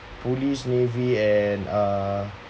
police navy and uh